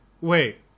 Wait